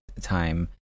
time